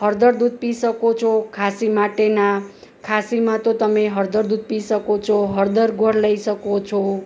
હળદર દૂધ પી શકો છો ખાંસી માટેનાં ખાંસીમાં તો તમે હળદર દૂધ પી શકો છો હળદર ગોળ લઈ શકો છો